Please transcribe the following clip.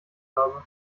habe